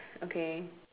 okay